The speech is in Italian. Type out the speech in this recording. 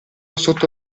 sotto